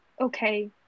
okay